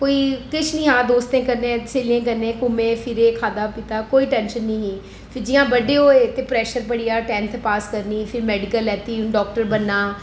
कोई किश नेईं आखदे दोस्तें कन्नै स्हेलियें कन्नै घुमे फिरे खाद्धा पीता कोई टेंशन नेईं ही फ्ही जियां बड्डे होऐ फ्ही प्रेशर बनी गेआ टेन्थ पास करनी फ्ही मेडिकल लैती हून डाक्टर बनना